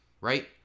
right